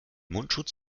mundschutz